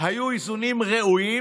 היו איזונים ראויים.